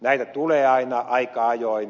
näitä tulee aina aika ajoin